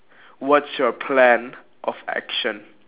what's your plan of action